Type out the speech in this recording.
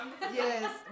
yes